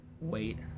wait